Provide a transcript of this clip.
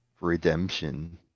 Redemption